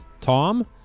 Tom